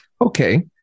Okay